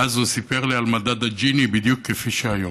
ואז הוא סיפר לי על מדד ג'יני, בדיוק כפי שהיום.